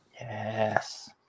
Yes